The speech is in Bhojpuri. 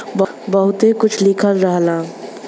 बहुते कुछ लिखल रहला